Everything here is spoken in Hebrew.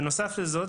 בנוסף לזה,